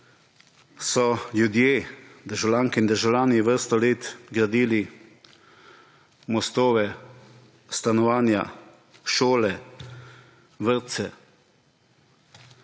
so ljudje, državljanke in državljani, vrsto let gradili mostove, stanovanja, šole, vrtce,